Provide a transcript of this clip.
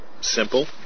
Simple